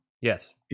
Yes